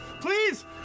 please